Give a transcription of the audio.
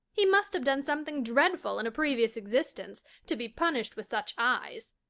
he must have done something dreadful in a previous existence to be punished with such eyes.